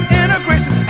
integration